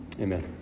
Amen